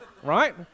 right